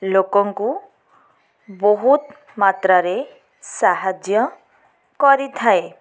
ଲୋକଙ୍କୁ ବହୁତ ମାତ୍ରାରେ ସାହାଯ୍ୟ କରିଥାଏ